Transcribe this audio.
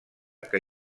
que